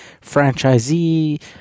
franchisee